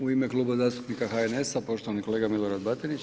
U ime Kluba zastupnika HNS-a poštovani kolega Milorad Batinić.